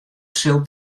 sil